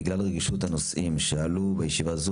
בגלל רגישות הנושאים שעלו בישיבה זו,